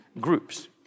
groups